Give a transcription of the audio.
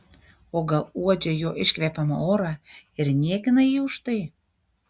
o gal uodžia jo iškvepiamą orą ir niekina jį už tai